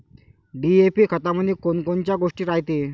DAP खतामंदी कोनकोनच्या गोष्टी रायते?